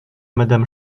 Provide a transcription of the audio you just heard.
madame